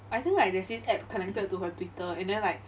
I think like there's this app connected to her twitter and then like